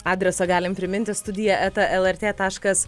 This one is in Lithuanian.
adresą galim priminti studija eta lrt taškas